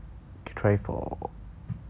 try for